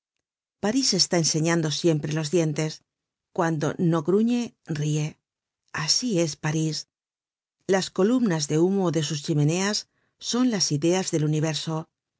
parís está enseñando siempre los dientes cuando no gruñe rie asi es parís las columnas de humo de sus chimeneas son las ideas del universo